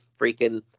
freaking